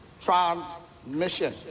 transmission